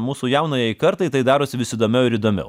mūsų jaunajai kartai tai darosi vis įdomiau ir įdomiau